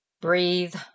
breathe